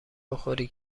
بخوری